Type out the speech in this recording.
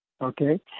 okay